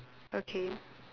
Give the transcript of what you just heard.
okay